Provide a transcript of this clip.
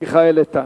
מיכאל איתן.